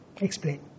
Explain